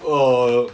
err